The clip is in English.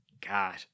god